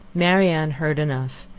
marianne heard enough.